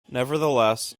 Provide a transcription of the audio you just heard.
nevertheless